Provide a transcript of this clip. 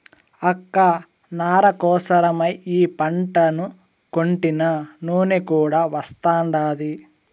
అక్క నార కోసరమై ఈ పంటను కొంటినా నూనె కూడా వస్తాండాది